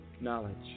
knowledge